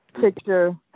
picture